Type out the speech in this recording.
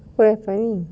why funny